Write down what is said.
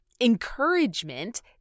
encouragement